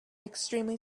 extremely